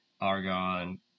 argon